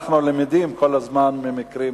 אנחנו לומדים כל הזמן ממקרים